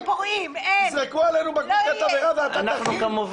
--- יזרקו עלינו בקבוקי תבערה ואתה תכיל?